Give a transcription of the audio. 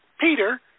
Peter